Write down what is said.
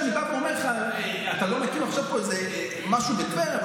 כשאני בא ואומר לך: אתה לא מקים עכשיו פה איזה משהו בטבריה,